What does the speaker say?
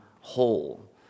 whole